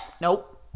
Nope